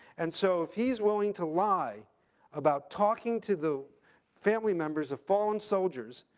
and so if he's willing to lie about talking to the family members of fallen soldiers,